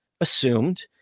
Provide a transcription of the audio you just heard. assumed